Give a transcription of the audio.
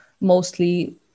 mostly